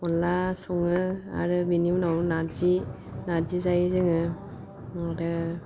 अनला सङो आरो बिनि उनाव नारजि नारजि जायो जोङो आरो